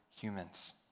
humans